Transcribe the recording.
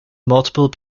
multiple